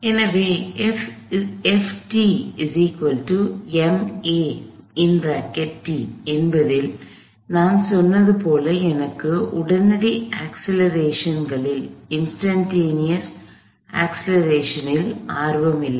எனவே Fma என்பதில் நான் சொன்னது போல் எனக்கு உடனடி அக்ஸ்லெரேஷங்களில் ஆர்வம் இல்லை